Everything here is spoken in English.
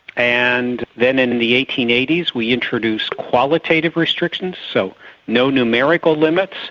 and then in and the eighteen eighty s we introduced qualitative restrictions, so no numerical limits,